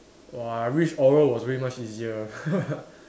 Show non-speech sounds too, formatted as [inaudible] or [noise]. !wah! I wish oral was way much easier [laughs]